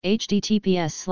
https